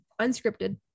Unscripted